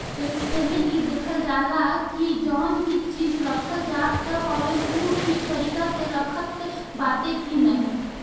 एमे इ देखल जाला की जवन भी चीज रखल जात हवे उ ठीक तरीका से रखात बाटे की नाही